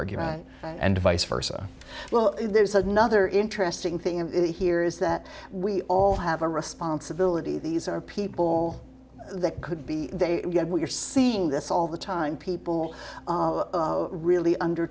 argument and vice versa well there's another interesting thing in here is that we all have a responsibility these are people that could be they get what you're seeing this all the time people are really under